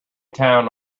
town